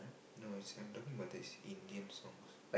no it's I'm talking about this Indian songs